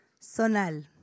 Sonal